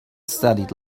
studied